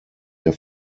der